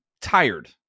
tired